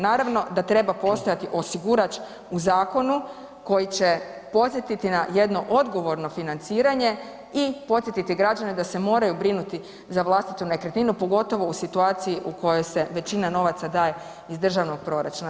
Naravno da treba postojati osigurač u zakonu koji će podsjetiti na jedno odgovorno financiranje i podsjetiti građane da se moraju brinuti za vlastitu nekretninu, pogotovo u situaciji u kojoj se većina novaca daje iz državnog proračuna.